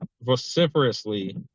vociferously